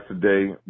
today